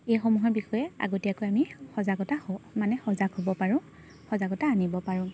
এইসমূহৰ বিষয়ে আগতীয়াকৈ আমি সজাগতা মানে সজাগ হ'ব পাৰোঁ সজাগতা আনিব পাৰোঁ